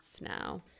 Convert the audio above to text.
now